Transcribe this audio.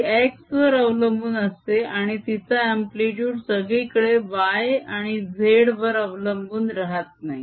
जी x वर अवलंबून असते आणि तिचा अम्प्लीतूड सगळीकडे y आणि z वर अवलंबून राहत नाही